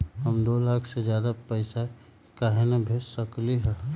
हम दो लाख से ज्यादा पैसा काहे न भेज सकली ह?